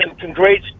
congrats